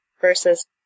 versus